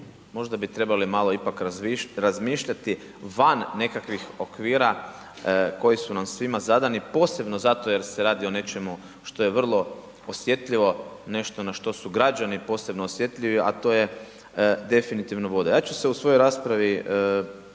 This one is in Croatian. možda bi trebali ipak malo razmišljati van nekakvih okvira koji su nam svima zadani posebno zato jer se radi o nečemu što je vrlo osjetljivo, nešto na što su građani posebno osjetljivi a to je definitivno voda. Ja ću se u svojoj raspravi osvrnuti